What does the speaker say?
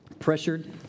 Pressured